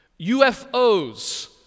UFOs